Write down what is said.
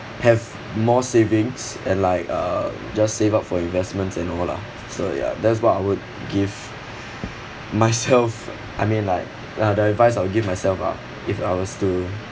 have more savings and like uh just save up for investments and all lah so ya that's what I would give myself I mean like like the advice I would give myself lah if I was to